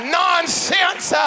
nonsense